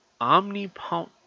omnipotent